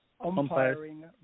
umpiring